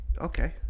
Okay